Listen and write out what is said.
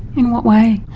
in what way?